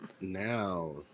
now